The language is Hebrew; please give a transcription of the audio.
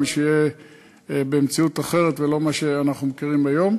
שיהיה במציאות אחרת ולא מה שאנחנו מכירים היום.